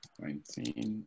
nineteen